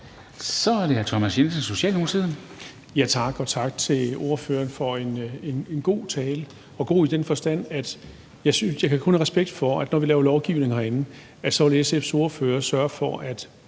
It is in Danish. Kl. 20:58 Thomas Jensen (S): Tak, og tak til ordføreren for en god tale. Den var god i den forstand, at jeg kun kan have respekt for, at når vi laver lovgivning herinde, vil SF's ordfører sørge for, at